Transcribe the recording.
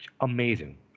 amazing